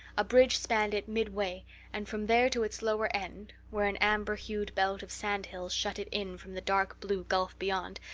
a bridge spanned it midway and from there to its lower end, where an amber-hued belt of sand-hills shut it in from the dark blue gulf beyond,